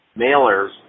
mailers